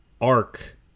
arc